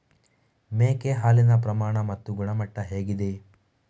ಮೇಕೆ ಹಾಲಿನ ಪ್ರಮಾಣ ಮತ್ತು ಗುಣಮಟ್ಟ ಹೇಗಿದೆ?